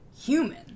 human